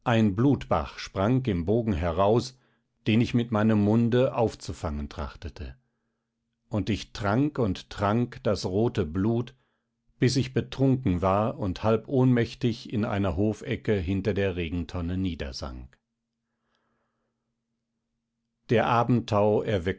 ein blutbach sprang im bogen heraus den ich mit meinem munde aufzufangen trachtete und ich trank und trank das rote blut bis ich betrunken war und halb ohnmächtig in einer hofecke hinter der regentonne niedersank der abendtau erweckte